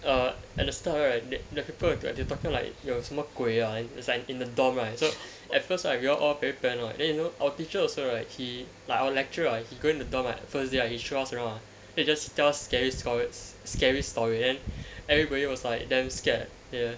uh at the start right like the the people they are talking like 有什么鬼呀 it's like in the dorm right so at first we are all very paranoid then you know our teacher also right he like our lecturer he go into the dorm right first day he show us around ah then he just tell us scary stor~ scary stories then everybody was like damn scared ya